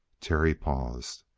terry paused.